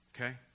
Okay